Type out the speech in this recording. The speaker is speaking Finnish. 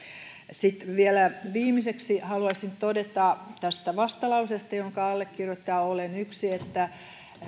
sitten vielä viimeiseksi haluaisin todeta tästä vastalauseesta jonka allekirjoittajista olen yksi että